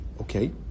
Okay